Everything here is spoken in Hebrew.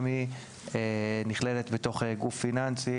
גם היא נכללת בתוך גוף פיננסי